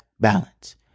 balance